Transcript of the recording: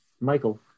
Michael